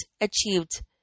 achieved